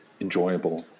enjoyable